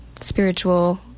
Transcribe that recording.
spiritual